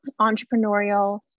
entrepreneurial